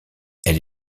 elle